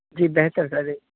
جی بہتر